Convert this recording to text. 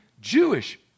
Jewish